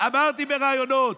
אמרתי בראיונות.